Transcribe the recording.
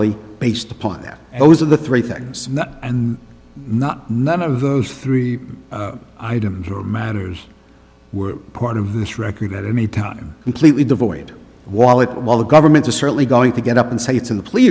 only based upon that those are the three things not and not none of those three items or matters were part of this record at any time completely devoid wallet while the government is certainly going to get up and say it's in the pl